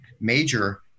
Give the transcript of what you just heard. major